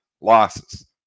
Losses